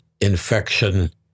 infection